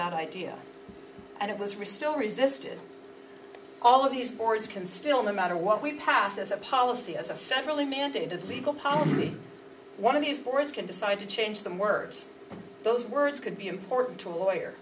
that idea and it was restored resisted all of these boards can still no matter what we pass as a policy as a federally mandated legal probably one of these four is can decide to change them words those words could be important to a lawyer